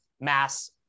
mass